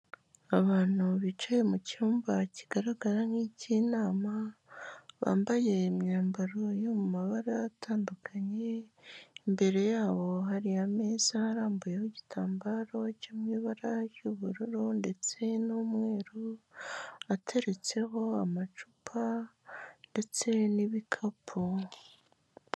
Abantu bicaye mu cyumba kigaragara nk'icy'inama, bambaye imyambaro yo mu mabara atandukanye, imbere yabo hari ameza arambuyeho igitambaro cyo mu ibara ry'ubururu ndetse n'umweru ateretseho amacupa ndetse n'ibikapu.